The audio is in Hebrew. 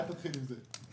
אל תתחיל עם זה.